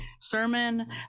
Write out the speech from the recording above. sermon